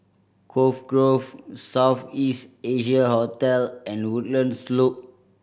Cove Grove South East Asia Hotel and Woodlands Loop